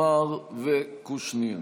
עמאר וקושניר.